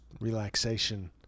relaxation